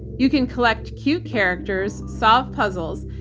you can collect cute characters, solve puzzles,